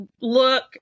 look